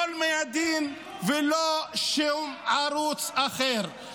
לא אל-מיאדין ולא שום ערוץ אחר.